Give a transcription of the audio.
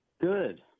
Good